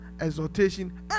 exhortation